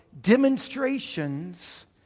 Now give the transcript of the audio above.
demonstrations